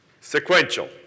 Sequential